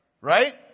right